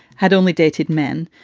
had only dated men.